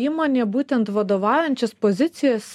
įmonė būtent vadovaujančias pozicijas